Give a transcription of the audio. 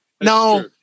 No